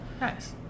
nice